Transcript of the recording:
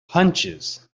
hunches